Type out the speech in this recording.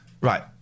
Right